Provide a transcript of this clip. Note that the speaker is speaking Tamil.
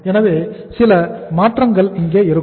எனவே சில மாற்றங்கள் இங்கே இருக்கும்